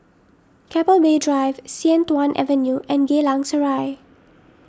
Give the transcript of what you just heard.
Keppel Bay Drive Sian Tuan Avenue and Geylang Serai